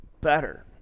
better